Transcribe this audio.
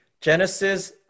Genesis